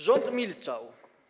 Rząd milczał.